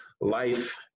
life